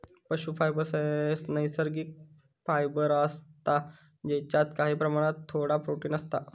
पशू फायबर नैसर्गिक फायबर असता जेच्यात काही प्रमाणात थोडा प्रोटिन असता